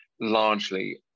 largely